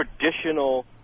traditional